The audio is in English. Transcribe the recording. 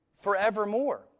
forevermore